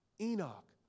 Enoch